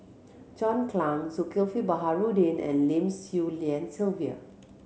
John Clang Zulkifli Baharudin and Lim Swee Lian Sylvia